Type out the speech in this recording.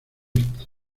este